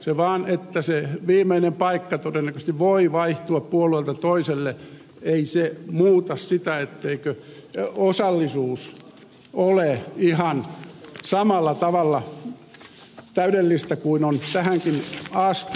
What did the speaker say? se että se viimeinen paikka todennäköisesti voi vaihtua puolueelta toiselle ei muuta sitä etteikö osallisuus ole ihan samalla tavalla täydellistä kuin on tähänkin asti